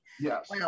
Yes